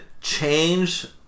change